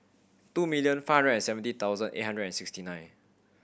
two million five hundred seventy thousand eight hundred and sixty nine